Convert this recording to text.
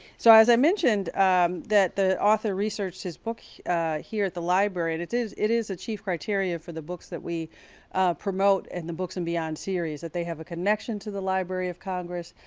so as i mentioned that the author researched his book here at the library, and it is it is a chief criteria for the books that we promote and the books and beyond series, that they have a connection to the library of congress,